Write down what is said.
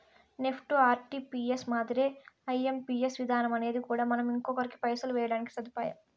NEFT, RTPS మాదిరే IMPS విధానమనేది కూడా మనం ఇంకొకరికి పైసలు వేయడానికి సదుపాయం